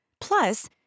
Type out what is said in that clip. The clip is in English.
Plus